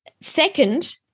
Second